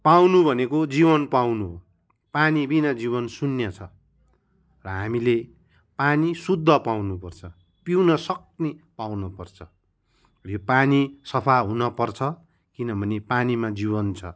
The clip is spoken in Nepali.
पाउनु भनेको जीवन पाउनु हो पानीविना जीवन शून्य छ र हामीले पानी शुद्ध पाउनुपर्छ पिउन सक्ने पाउनुपर्छ र यो पानी सफा हुनपर्छ किनभने पानीमा जीवन छ